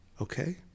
Okay